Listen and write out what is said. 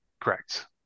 Correct